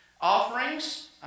Offerings